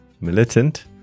militant